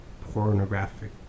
pornographic